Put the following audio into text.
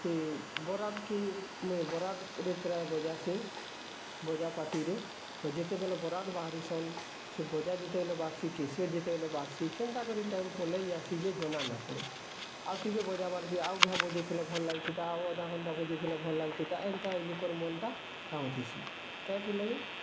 ସେ ବରାତ୍ ଥୁଇ ମୁଇଁ ବରାତ୍ରେ ପ୍ରାୟ ବଜାସି ବଜା ପାର୍ଟୀରେ ତ ଯେତେବେଲେ ବରାତ୍ ବାହାରି ସନ୍ ସେ ବଜା ଯେତେବେଳେ ବାଜ୍ସି କ୍ୟାସିଓ ଯେତେବେଲେ ବାଜ୍ସି କେନ୍ତା କରି ଟାଇମ୍ ପଲେଇ ଯାଇସି ଜନା ନାଇଁ ପଡ଼ି ଆଉ ଟିକେ ବଜାବାର୍ କେ ଆଉ ଘ ବଜେଇଥିଲେ ଭଲ୍ ଲାଗି ଥିତା ଅଧା ଘଣ୍ଟା ବଜେଇଥିଲେ ଭଲ ଲାଗି ଥିତା ଏନ୍ତା ଏଇ ଲୁକର୍ ମନ ଟା ଚାଁହୁଥିସି କେଥିର୍ ଲାଗି